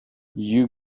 you